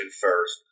first